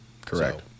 correct